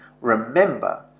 Remember